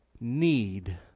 need